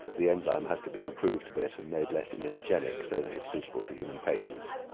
the enzyme has to be improved a bit and made less immunogenic so that it's suitable for human patients.